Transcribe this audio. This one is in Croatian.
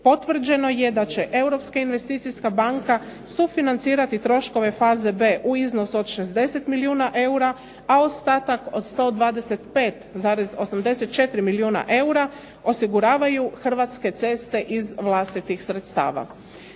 investicijska banka sufinancirati troškove faze B u iznosu od 60 milijuna eura, a ostatak od 125,84 milijuna eura osiguravaju Hrvatske ceste iz vlastitih sredstava.